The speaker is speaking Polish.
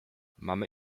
mamy